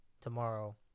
tomorrow